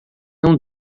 não